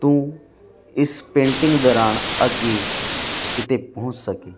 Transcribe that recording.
ਤੂੰ ਇਸ ਪੇਂਟਿੰਗ ਦੌਰਾਨ ਅੱਗੇ ਕਿਤੇ ਪਹੁੰਚ ਸਕੇ